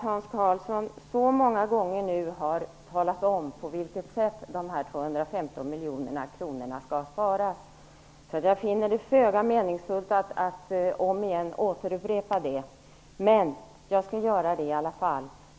Hans Karlsson har så många talat om på vilket sätt dessa 215 miljoner skall sparas, att jag finner det föga meningsfullt att åter upprepa det, men jag skall göra det i alla fall.